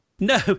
No